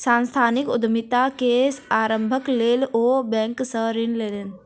सांस्थानिक उद्यमिता के आरम्भक लेल ओ बैंक सॅ ऋण लेलैन